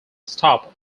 stop